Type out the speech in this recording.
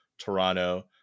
Toronto